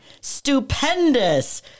stupendous